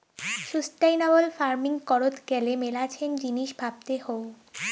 sustainable farming করত গ্যালে মেলাছেন জিনিস ভাবতে হউ